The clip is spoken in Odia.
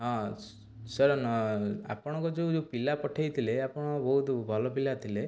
ହଁ ସାର୍ ନ ଆପଣଙ୍କ ଯୋଉ ପିଲା ପଠେଇଥିଲେ ଆପଣ ବହୁତ ଭଲପିଲା ଥିଲେ